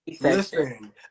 listen